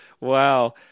Wow